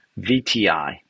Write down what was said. VTI